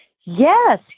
Yes